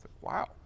Wow